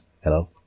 Hello